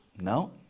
No